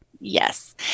Yes